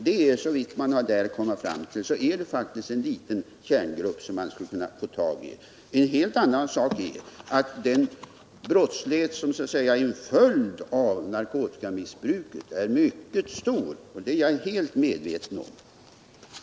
Det är enligt vad man har kommit fram till faktiskt en liten kärngrupp som man skulle kunna få tag 1. En helt annan sak är att den brottslighet som så att säga är en följd av narkotikamissbruket är mycket stor. Det är jag helt medveten om.